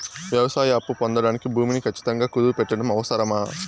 వ్యవసాయ అప్పు పొందడానికి భూమిని ఖచ్చితంగా కుదువు పెట్టడం అవసరమా?